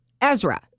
Ezra